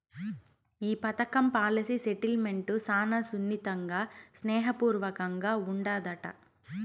ఈ పదకం policy settlement శానా సున్నితంగా, స్నేహ పూర్వకంగా ఉండాదట